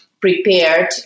prepared